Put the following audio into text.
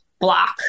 block